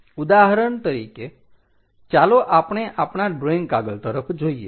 ઉદાહરણ તરીકે ચાલો આપણે આપણા ડ્રોઈંગ કાગળ તરફ જોઈએ